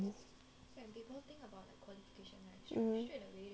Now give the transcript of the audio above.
mmhmm